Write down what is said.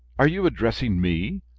are you addressing me?